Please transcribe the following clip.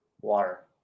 Water